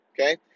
Okay